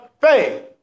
faith